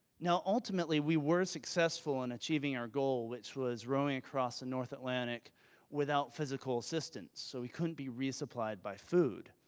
now, ultimately we were successful in achieving our goal which was rowing across the and north atlantic without physical assistance, so we couldn't be resupplied by food.